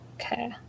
okay